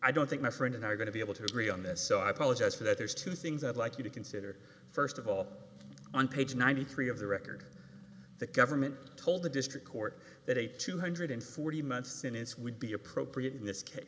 i don't think my friend and i are going to be able to agree on this so i apologize for that there's two things i'd like you to consider st of all on page ninety three of the record the government told the district court that a two hundred and forty months since would be appropriate in this case